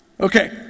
Okay